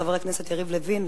חבר הכנסת יריב לוין,